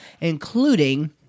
including